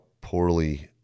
poorly